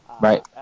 Right